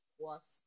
plus